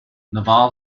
naval